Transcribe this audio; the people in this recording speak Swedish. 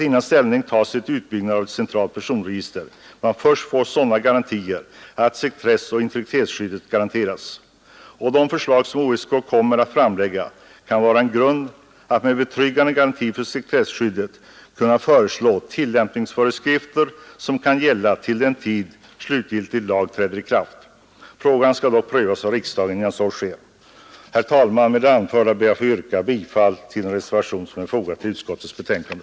Innan ställning tas till en utbyggnad av ett centralt personregister måste sekretessoch integritetsskyddet kunna garanteras. De förslag som OSK kommer fram till kan komma att visa på möjligheter att med betryggande garanti för sekretesskyddet utfärda tillämpningsföreskrifter som kan gälla tills slutgiltig lag träder i kraft. Den frågan skall dock först prövas av riksdagen. Herr talman! Med det anförda yrkar jag bifall till den reservation som är fogad vid skatteutskottets betänkande.